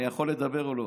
אני יכול לדבר או לא?